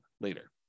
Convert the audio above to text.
later